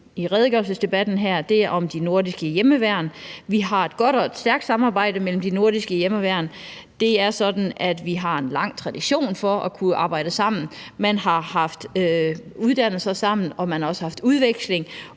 i redegørelsen her, handler om de nordiske hjemmeværn. Vi har et godt og et stærkt samarbejde mellem de nordiske hjemmeværn. Det er sådan, at vi har en lang tradition for at kunne arbejde sammen. Man har haft uddannelser sammen, og man har også haft udveksling,